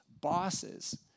bosses